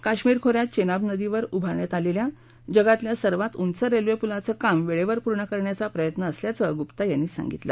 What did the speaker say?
काश्मीर खोऱयात चेनाब नदीवर उभारल्या जात असलेल्या जगातल्या सर्वात उंच रेल्वे पुलाचं कामही वेळेवर पूर्ण करण्याचा प्रयत्न असल्याचं गुफ्ता यांनी सांगितलं